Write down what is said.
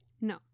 No